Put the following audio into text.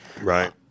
right